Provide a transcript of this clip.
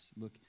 Look